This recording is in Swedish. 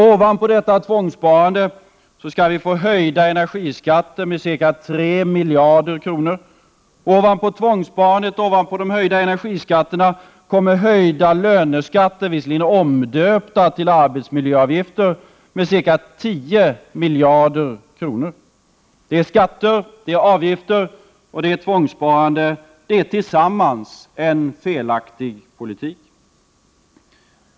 Ovanpå detta tvångssparande skall vi få höjda energiskatter med ca 3 miljarder kronor. Ovanpå tvångssparandet och de höjda energiskatterna kommer höjda löneskatter — visserligen omdöpta till arbetsmiljöavgifter — med ca 10 miljarder kronor. Det är skatter, avgifter och tvångssparande. Tillsammans är det en felaktig politik.